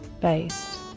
based